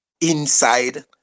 inside